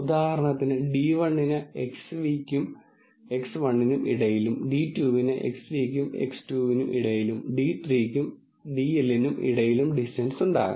ഉദാഹരണത്തിന്d1 ന് Xν നും X1 നും ഇടയിലും d 2 വിന് Xν ക്കും X2 നും ഇടയിലും d3 ക്കും dl നും ഇടയിലും ഡിസ്റ്റൻസ് ഉണ്ടാകാം